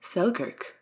Selkirk